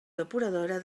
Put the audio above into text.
depuradora